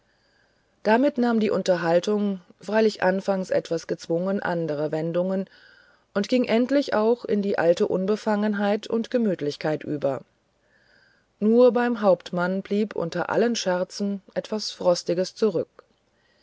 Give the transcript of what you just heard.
damit nahm die unterhaltung freilich anfangs etwas gezwungen andere wendung und ging endlich auch in die alte unbefangenheit und gemütlichkeit über nur beim hauptmann blieb unter allen scherzen etwas frostiges zurück